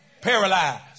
Paralyzed